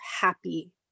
happy